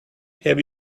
have